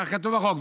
כך כתוב בחוק,